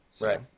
right